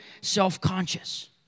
self-conscious